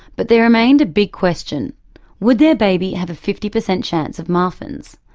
but there remained a big question would their baby have a fifty percent chance of marfan's?